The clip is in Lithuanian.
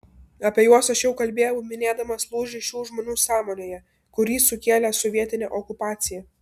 apie juos aš jau kalbėjau minėdamas lūžį šių žmonių sąmonėje kurį sukėlė sovietinė okupacija